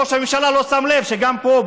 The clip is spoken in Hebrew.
ראש הממשלה לא שם לב שגם פה,